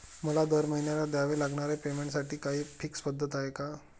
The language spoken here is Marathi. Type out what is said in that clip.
मला दरमहिन्याला द्यावे लागणाऱ्या पेमेंटसाठी काही फिक्स पद्धत आहे का?